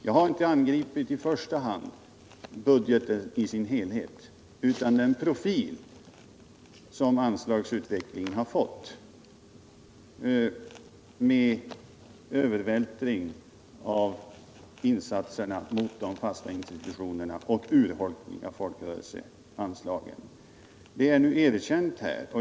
Jag har inte i första hand vänt mig mot budgeten i dess helhet utan mot den profil som anslagsutvecklingen har fått, med en övervältring av insatserna på de fasta institutionerna och en urholkning av folkrörelseanslagen. Det är nu erkänt här.